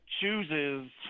chooses